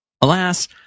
Alas